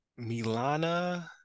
Milana